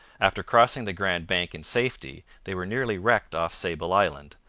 after crossing the grand bank in safety they were nearly wrecked off sable island,